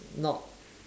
not